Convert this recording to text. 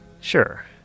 Sure